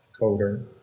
coder